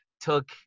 took